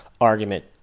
argument